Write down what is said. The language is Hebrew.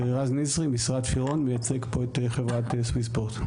אני ממשרד מ.פירון, מייצג פה את חברת סוויספורט.